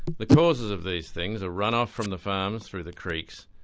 the causes of these things are run-off from the farms through the creeks,